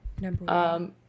number